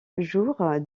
jour